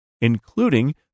including